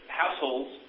households